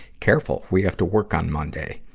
careful. we have to work on monday.